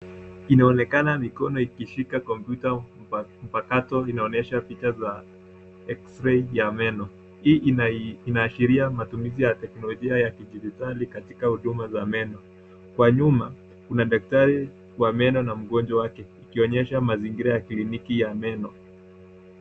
Inaonekana mikono ikishika komputa mpakato linaonyesha picha ya x-ray ya meno. Hii inaashiria matumizi ya teknolojia ya kidijitali katika huduma za meno. Kwa nyuma kuna daktari wa meno na mgonjwa wake ikionyesha mazingira ya kliniki ya meno.